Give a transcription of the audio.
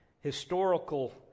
historical